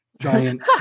giant